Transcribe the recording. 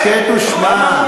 הסכת ושמע,